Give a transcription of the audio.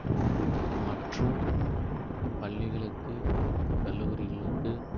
மற்றும் பள்ளிகளுக்கு கல்லூரிகளுக்கு